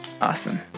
awesome